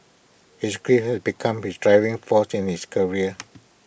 his grief had become his driving force in his career